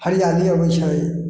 हरिआली अबै छै